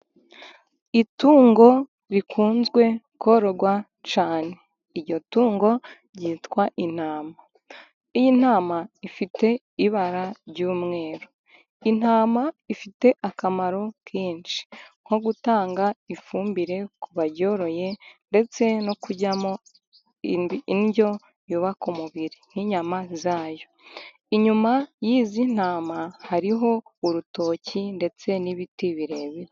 Itungo rikunzwe kororwa cyane iryo tungo ryitwa intama, iyi ntama ifite ibara ry'umweru. Intama ifite akamaro kenshi nko gutanga ifumbire ku bayoroye ndetse no kuryamo indyo yubaka umubiri, nk'inyama zayo. Inyuma y'izi ntama hariho urutoki ndetse n'ibiti birebire.